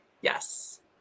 Yes